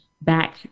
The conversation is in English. back